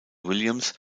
williams